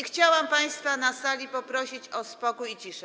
Chciałam państwa na sali poprosić o spokój i ciszę.